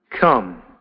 Come